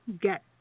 get